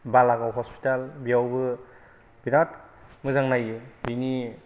बालागाव hospital बेयावबो बिरात मोजां नायो बिनि